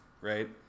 right